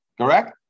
correct